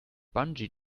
bungee